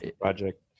project